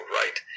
right